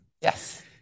Yes